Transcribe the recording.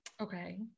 Okay